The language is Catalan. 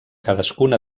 cadascuna